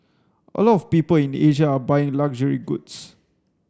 a lot of people in Asia are buying luxury goods